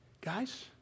guys